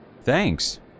Thanks